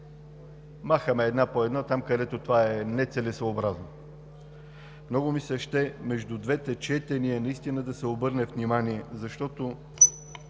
махаме една по една – там, където това е нецелесъобразно. Много ми се иска между двете четения наистина да се обърне внимание, защото